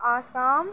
Assam